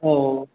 औ